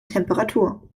temperatur